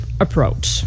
approach